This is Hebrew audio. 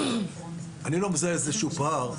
אין לא מזהה איזשהו פער.